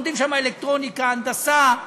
לומדים שם אלקטרוניקה, הנדסה.